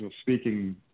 speaking